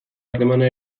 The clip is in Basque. harremana